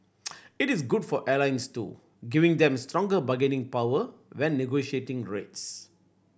it is good for airlines too giving them stronger bargaining power when negotiating rates